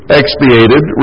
expiated